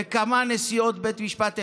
כמה נשיאות בית משפט עליון,